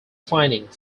finding